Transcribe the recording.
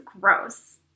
gross